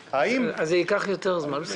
אז זה ייקח יותר זמן.